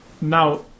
Now